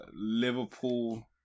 Liverpool